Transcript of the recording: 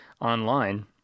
online